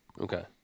Okay